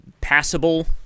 passable